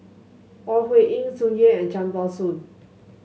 Ore Huiying Tsung Yeh and Cham Tao Soon